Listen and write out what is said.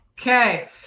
okay